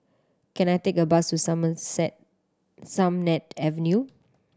can I take a bus to Some Set Sennett Avenue